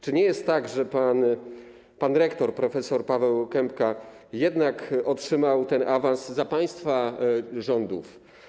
Czy nie jest tak, że pan rektor prof. Paweł Kępka jednak otrzymał ten awans za państwa rządów?